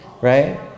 right